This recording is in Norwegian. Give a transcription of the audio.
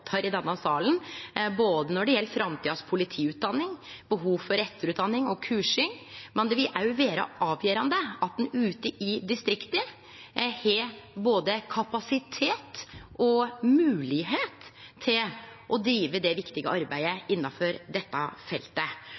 etterutdanning og kursing. Men det vil òg vere avgjerande at ein ute i distrikta har både kapasitet og moglegheit til å drive det viktige arbeidet innanfor dette feltet.